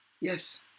Yes